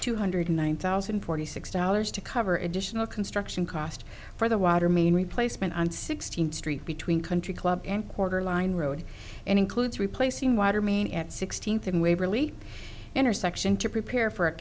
two hundred one thousand and forty six dollars to cover additional construction costs for the water main replacement on sixteenth street between country club and quarter line road and includes replacing water main at sixteenth and waverly intersection to prepare for a